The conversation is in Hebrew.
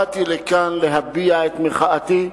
באתי לכאן להביע את מחאתי,